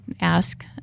ask